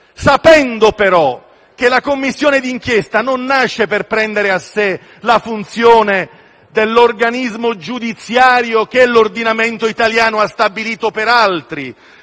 sapendo però che la Commissione di inchiesta non nasce per prendere a sé la funzione dell'organismo giudiziario, che l'ordinamento italiano ha stabilito per altri.